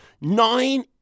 nine